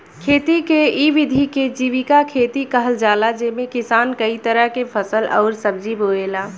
खेती के इ विधि के जीविका खेती कहल जाला जेमे किसान कई तरह के फसल अउरी सब्जी बोएला